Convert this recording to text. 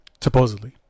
Supposedly